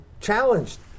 challenged